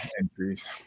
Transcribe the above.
entries